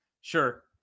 Sure